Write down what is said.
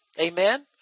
Amen